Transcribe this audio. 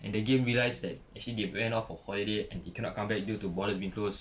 and the game realised that actually they went off for holiday and they cannot come back due to borders being closed